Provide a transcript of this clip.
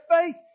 faith